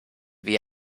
wie